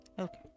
Okay